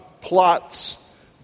plots